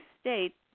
state